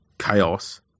chaos